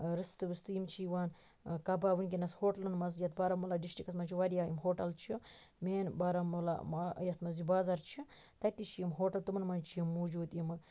رِستہٕ وِستہٕ یِم چھِ یِوان کَباب ونکیٚنَس ہوٹلَن مَنٛز یتھ بارامُلا ڈِسٹرکَس مَنٛز چھُ واریاہ یِم ہوٹَل چھِ مین بارامُلا یتھ مَنٛز یہِ بازَر چھُ تتی چھِ یِم ہوٹَل تِمَن مَنٛز چھِ یِم موجود یِم